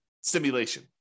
simulation